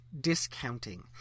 discounting